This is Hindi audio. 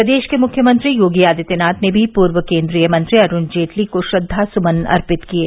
प्रदेश के मुख्यमंत्री योगी आदित्यनाथ ने भी पूर्व केन्द्रीय मंत्री अरूण जेटली को श्रद्वासुमन अर्पित किये